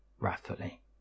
wrathfully